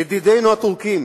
ידידינו הטורקים,